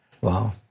Wow